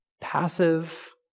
passive